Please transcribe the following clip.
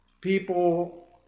people